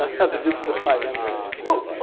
ah have the digits of pi memorized. oh,